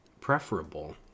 preferable